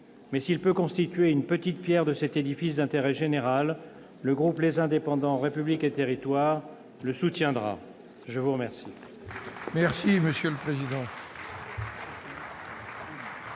Mais, s'il peut constituer une petite pierre de cet édifice d'intérêt général, les membres du groupe Les Indépendants- République et Territoires le soutiendront ! La parole